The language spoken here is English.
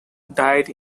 died